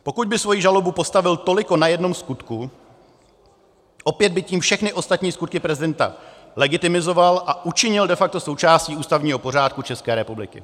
Pokud by svoji žalobu postavil toliko na jednom skutku, opět by tím všechny ostatní skutky prezidenta legitimizoval a učinil de facto součástí ústavního pořádku České republiky.